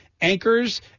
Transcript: anchors